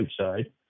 outside